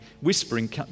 whispering